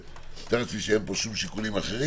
אני מתאר לעצמי שאין פה שיקולים אחרים.